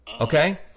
okay